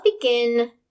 begin